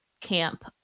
camp